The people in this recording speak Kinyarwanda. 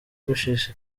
gushikiriza